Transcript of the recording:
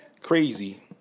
crazy